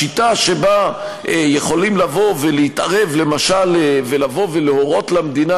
השיטה שבה יכולים לבוא ולהתערב למשל ולהורות למדינה,